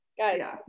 guys